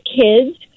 kids